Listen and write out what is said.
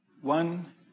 One